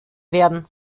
werden